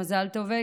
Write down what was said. מזל טוב,